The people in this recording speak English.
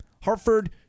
Hartford